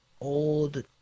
old